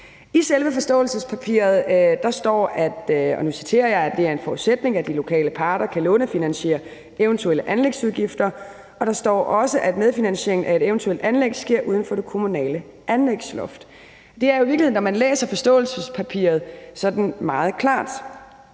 I selve forståelsespapiret står, og nu citerer jeg, at det er »en forudsætning, at de lokale parter kan lånefinansiere eventuelle anlægsudgifter«, og der står også, »at medfinansieringen af et eventuelt anlæg sker uden for det kommunale anlægsloft«. Når man læser forståelsespapiret, er det i